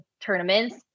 tournaments